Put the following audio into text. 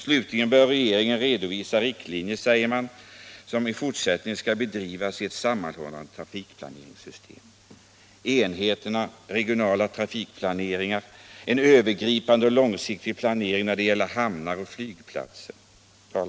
Slutligen bör regeringen redovisa riktlinjer för hur den regionala trafikplaneringen i fortsättningen skall bedrivas i ett sammanhållet trafikplaneringssystem.” Man talar om erfarenheterna av regionala trafikplaneringar, en övergripande och långsiktig planering när det gäller hamnar och flygplatser.